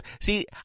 See